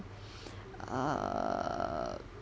err